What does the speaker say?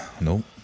nope